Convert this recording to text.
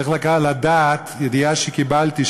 צריך לדעת ידיעה שקיבלתי,